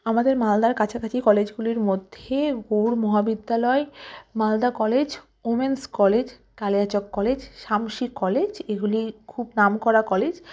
আমাদের মালদার কাছাকাছি কলেজগুলির মধ্যে গৌড় মহাবিদ্যালয় Malda college womens college Kaliachak college Samsi college এগুলি খুব নাম করা কলেজ